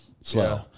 slow